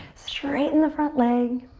straighten the front leg.